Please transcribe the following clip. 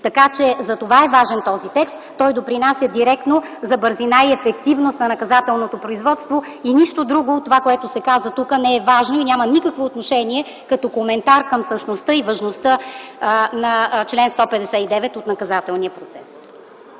месеци. Затова е важен този текст, той допринася директно за бързина и ефективност на наказателното производство и нищо друго от това, което се каза тук, не е важно и няма никакво отношение като коментар към същността и важността на чл. 159 от Наказателния кодекс.